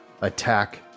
attack